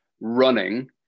running